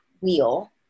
wheel